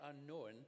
unknown